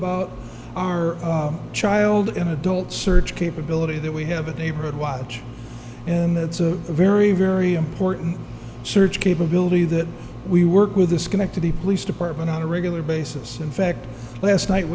about our child in adult search capability that we have a neighborhood watch and that's a very very important search capability that we work with the schenectady police department on a regular basis in fact last night